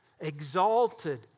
Exalted